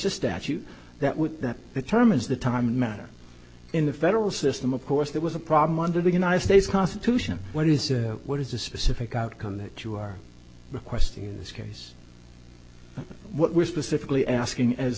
a statute that would that determines the time and matter in the federal system of course that was a problem under the united states constitution what is what is the specific outcome that you are requesting in this case what we're specifically asking as